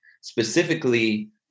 specifically